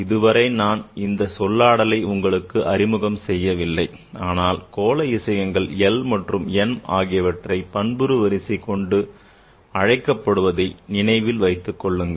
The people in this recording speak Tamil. இதுவரை நான் இந்த சொல்லாடலை உங்களுக்கு அறிமுகம் செய்யவில்லை ஆனால் கோள இசையங்கள் l மற்றும் m ஆகியவற்றை பண்புரு வரிசை கொண்டும் அழைக்கப்படுவதை நினைவில் வைத்துக் கொள்ளுங்கள்